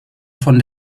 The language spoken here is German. von